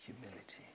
humility